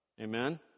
Amen